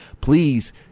please